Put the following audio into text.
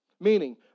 meaning